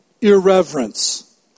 irreverence